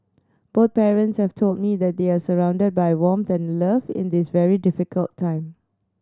both parents have told me that they are surrounded by warmth and love in this very difficult time